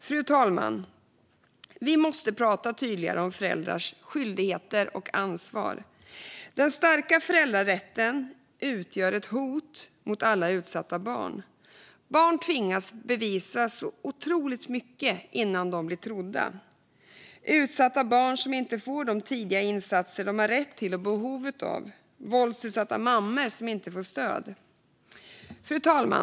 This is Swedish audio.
Fru talman! Vi måste prata tydligare om föräldrars skyldigheter och ansvar. Den starka föräldrarätten utgör ett hot mot alla utsatta barn, för barn tvingas bevisa så otroligt mycket innan de blir trodda. Det finns utsatta barn som inte får de tidiga insatser de har rätt till och behov av, och det finns våldsutsatta mammor som inte får stöd. Fru talman!